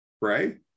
Right